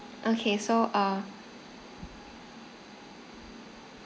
okay so uh